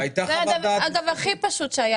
זה הדבר הכי פשוט שהיה,